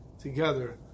together